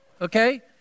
okay